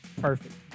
Perfect